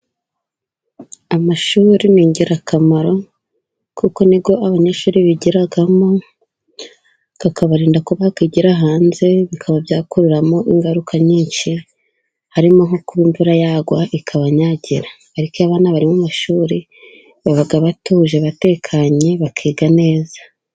Amashuri ni ingirakamaro kuko ni yo abanyeshuri bigiramo, akabarinda ko bakwigira hanze bikaba byakuramo ingaruka nyinshi harimo nko kuba imvura yagwa ikabanyagira. Ariko iyo abana bari mu mashuri, baba batuje, batekanye, bakiga neza.